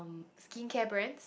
skincare brand